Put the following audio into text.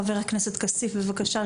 חבר הכנסת כסיף, בבקשה.